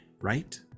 right